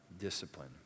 discipline